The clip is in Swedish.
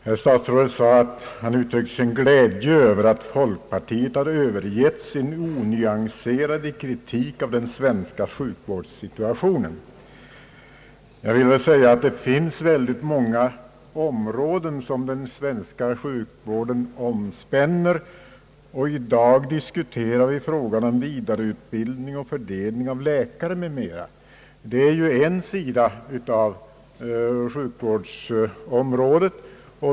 Herr statsrådet sade att han uttryckte sin glädje över att folkpartiet hade övergett sin onyanserade kritik av den svenska sjukvårdssituationen. Jag vill säga att det finns många områden som den svenska sjukvården omspänner. I dag diskuterar vi frågan om vidareutbildning och fördelning av läkare m.m. Det är en sida av sjukvårdsområdet.